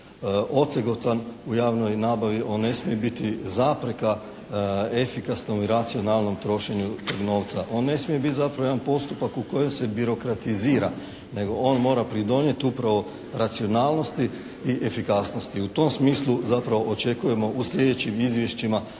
otegotan. On ne smije biti zapreka efikasnom i racionalnom trošenju tog novca. On ne smije biti zapravo jedan postupak u kojem se birokratizira, nego on mora pridonijeti upravo racionalnosti i efikasnosti. U tom smislu zapravo očekujemo u sljedećim izvješćima